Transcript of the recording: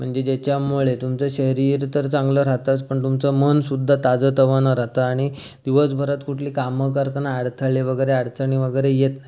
म्हणजे ज्याच्यामुळे तुमचं शरीर तर चांगलं राहतंच पण तुमचं मनसुद्धा ताजंतवानं राहतं आणि दिवसभरात कुठली कामं करताना अडथळे वगैरे अडचणी वगैरे येत ना